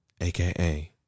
aka